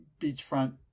beachfront